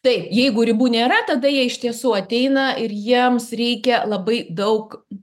taip jeigu ribų nėra tada jie iš tiesų ateina ir jiems reikia labai daug